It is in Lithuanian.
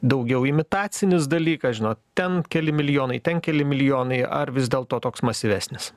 daugiau imitacinis dalykas žinot ten keli milijonai ten keli milijonai ar vis dėlto toks masyvesnis